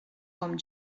com